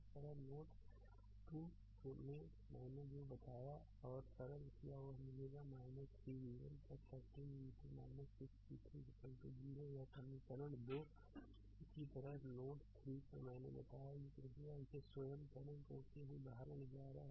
इसी तरह नोड 2 में मैंने जो बताया और सरल किया वह मिलेगा 3 v1 13 v2 6 v3 0 यह समीकरण है 2 इसी तरह नोड 3 पर मैंने बताया कि कृपया इसे स्वयं करें क्योंकि यह उदाहरण 11 है